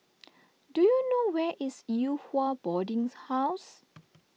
do you know where is Yew Hua Boarding's House